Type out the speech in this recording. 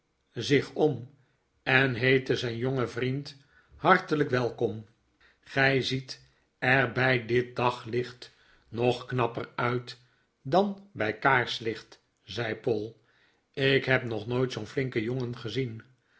zich om en heette zijn jongen vriend hartelijk welkom w gij ziet er bij daglicht nog knapper uit dan bij kaarslicht zei poll t ik heb nog nooit zoo'n flinken jongen gezien